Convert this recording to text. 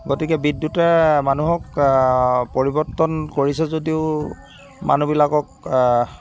গতিকে বিদ্যুতে মানুহক পৰিবৰ্তন কৰিছে যদিও মানুহবিলাকক